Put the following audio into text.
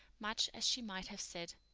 much as she might have said,